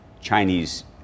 Chinese